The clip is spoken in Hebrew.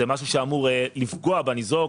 זה משהו שאמור לפגוע בניזוק.